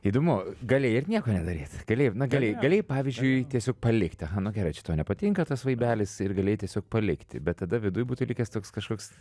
įdomu galėjai ir nieko nedaryt galėjai na galėjai galėjai pavyzdžiui tiesiog palikti aha nugerai čia tau nepatinka tas vaikelis ir galėjai tiesiog palikti bet tada viduj būtų likęs toks kažkoks